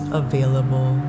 available